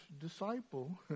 disciple